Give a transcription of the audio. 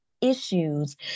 issues